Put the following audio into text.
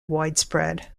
widespread